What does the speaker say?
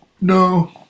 no